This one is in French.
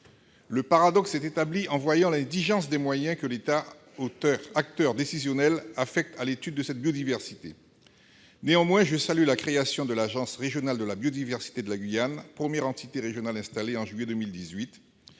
Le paradoxe est établi en voyant l'indigence des moyens que l'État, acteur décisionnel, affecte à l'étude de cette biodiversité. Néanmoins, je salue la création de l'agence régionale de la biodiversité de la Guyane, première entité régionale installée en juillet 2018-